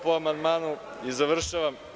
Po amandmanu i završavam.